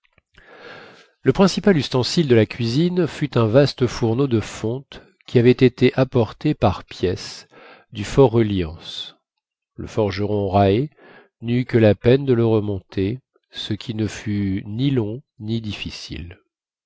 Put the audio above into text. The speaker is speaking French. le principal ustensile de la cuisine fut un vaste fourneau de fonte qui avait été apporté par pièces du fort reliance le forgeron raë n'eut que la peine de le remonter ce qui ne fut ni long ni difficile